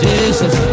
Jesus